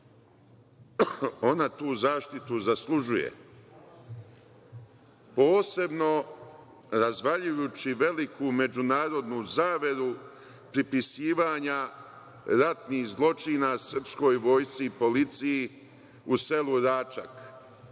tu zaštitu zaslužuje, posebno razvaljujući veliku međunarodnu zaveru, pripisivanja ratnih zločina srpskoj vojsci i policiji u selu Račak.